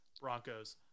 broncos